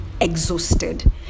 exhausted